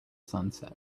sunset